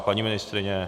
Paní ministryně?